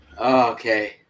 Okay